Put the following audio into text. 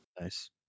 nice